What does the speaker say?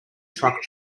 truck